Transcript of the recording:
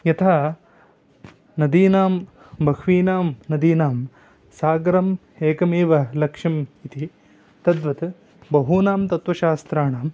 यथा नदीनां बह्वीनां नदीनां सागरम् एकमेव लक्ष्यम् इति तद्वत् बहूनां तत्वशास्त्राणाम्